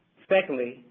secondly,